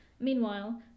Meanwhile